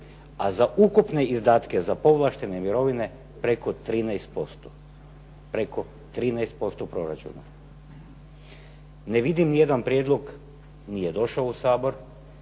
a za ukupne izdatke za povlaštene mirovine preko 13% proračuna. Ne vidim ni jedan prijedlog, nije došao u Sabor,